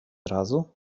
razu